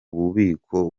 bubiko